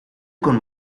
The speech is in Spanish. con